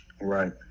Right